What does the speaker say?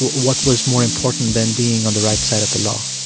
what was more important than being on the right side of the law?